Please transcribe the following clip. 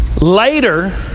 later